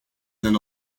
than